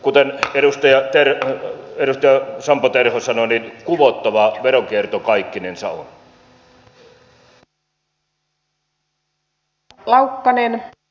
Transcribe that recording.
kuten edustaja sampo terho sanoi niin kuvottavaa veronkierto kaikkinensa on